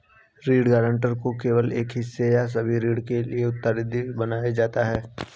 ऋण गारंटर को केवल एक हिस्से या सभी ऋण के लिए उत्तरदायी बनाया जाता है